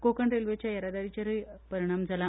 कोंकण रेल्वेच्या येरादारीचेर परिणाम जाला